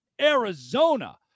Arizona